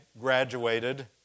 graduated